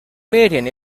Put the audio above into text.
meeting